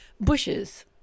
bushes